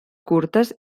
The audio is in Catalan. curtes